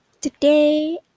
today